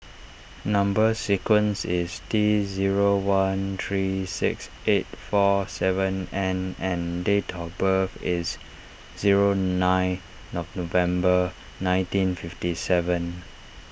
Number Sequence is T zero one three six eight four seven N and date of birth is zero nine November nineteen fifty seven